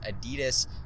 adidas